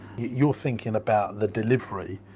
you're thinking about the delivery,